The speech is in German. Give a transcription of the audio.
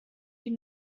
die